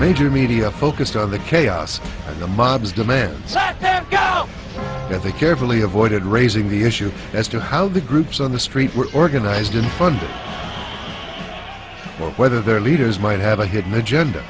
major media focused on the chaos and the mobs demand sat back up that they carefully avoided raising the issue as to how the groups on the street were organized and funded or whether their leaders might have a hidden agenda